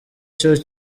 cyo